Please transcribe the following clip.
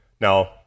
Now